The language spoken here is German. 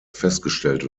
festgestellt